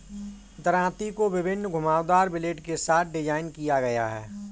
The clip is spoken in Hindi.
दरांती को विभिन्न घुमावदार ब्लेड के साथ डिज़ाइन किया गया है